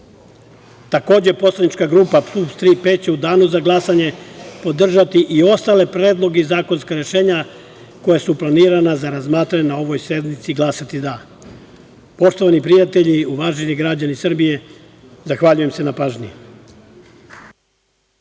Takođe, Poslanička grupa PUPS „Tri P“ će u danu za glasanje podržati i ostale predloge i zakonska rešenja koja su planirana za razmatranje na ovoj sednici i glasati za. Poštovani prijatelji, uvaženi građani Srbije, zahvaljujem se na pažnji.